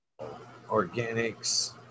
organics